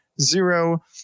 zero